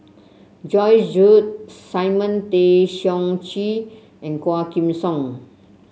Joyce Jue Simon Tay Seong Chee and Quah Kim Song